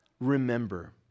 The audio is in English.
remember